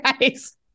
guys